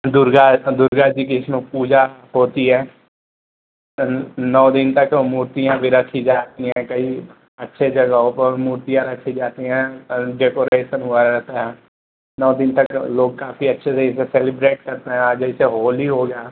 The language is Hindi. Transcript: दुर्गा ऐसा दुर्गा जी की इसमें पूजा होती है नौ दिन तक मूर्तियाँ भी रखी जाती हैं कई अच्छे जगहों पर मूर्तियाँ रखी जाती हैं और डेकोरेसन हुआ रहता है नौ दिन तक लोग काफ़ी अच्छे से ये सब सेलिब्रेट करते हैं जैसे होली हो गया